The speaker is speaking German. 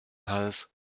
hals